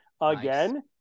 Again